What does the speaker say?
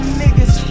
niggas